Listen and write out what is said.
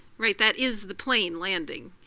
right? that is the plane landing.